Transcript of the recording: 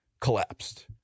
collapsed